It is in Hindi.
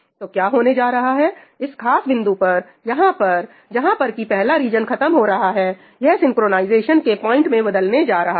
तो क्या होने जा रहा है इस खास बिंदु पर यहां पर जहां पर कि पहला रीजन खत्म हो रहा हैं यह सिंक्रोनाइजेशन के पॉइंट में बदलने जा रहा है